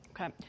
Okay